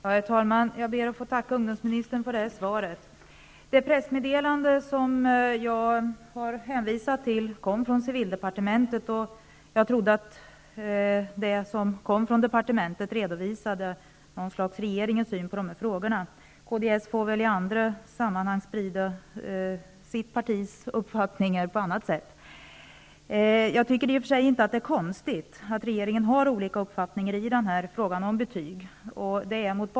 Herr talman! Jag ber att få tacka ungdomsministern för svaret. Det pressmeddelande som jag hänvisade till kom från civildepartementet. Jag trodde att det som kommer från departementet anger regeringens syn på frågorna. Kds får väl i andra sammanhang sprida sitt partis uppfattning på annat sätt. Jag tycker i och för sig inte att det är konstigt att regeringspartierna har olika uppfattning i frågan om betyg.